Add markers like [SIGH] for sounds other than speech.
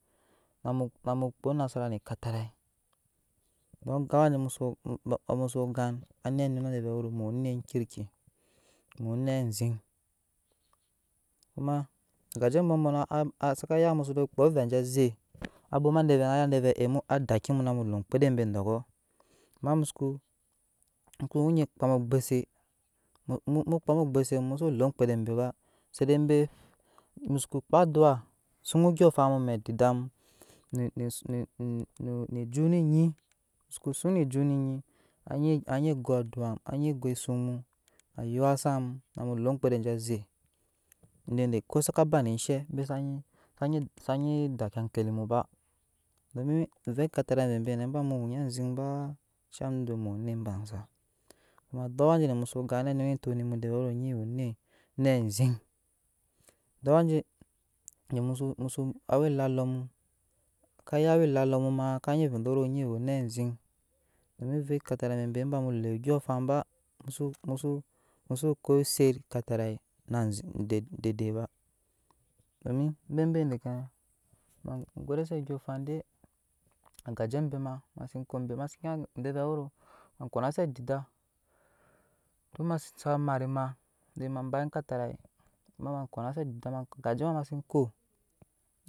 Namu namu kpaa anasarane ekatarai duk awaje mu go gan anet nyi wɛɛ de mu we onet kirki onet aziŋ kuma agaje abɔbɔnɔ a a a saka ya muso ze kpaa ovɛɛ je ze abwoma de vɛɛ aya de vɛɛ e adki mu nanu le omŋkpede be dɔkɔ ama mu sockk mu we onyi kpam egbuse mu kpam egbuse mu soo le amŋkpede de ba sede be musuko kpaa aduwa sun ondyɔɔŋafan mu medida mu [HESITATION] ne ejut ne nyi musoko sun ne ejut mu ne nyi anyi anyi go aduwa mu anyi go esun mu ayuwa sam le amkpede aje aze [UNINTELLIGIBLE] ko saka ba ne eshe sanyi sanyi dakki akeli mu ba ne eshɛ sanyi sanyi dakki akli mu ba domi ave ekatari voivoi nɛ bamu we onet baiza kuma duk awa jojoŋo muso gan anuna etak ne mu veɛ de wero nyi we onet onet aziŋ [HESITATION] awa ellalo mu ko aw dalɔ mu ma ka nyi vɛɛ mu we onet aziŋ domi avɛɛ ekatarai bebe eba mu le onsyɔɔŋafan ba musu musu ko ese ekatarai na ziŋ odede ba domi bebe deke nɛ ma gode se andyyɔɔŋafa de agaje bema mase kobe maseke de ve wero ma ko nase adida ton sa mat ema ba ekatara ma ma kona se adidan ma agaje ma mamase ko.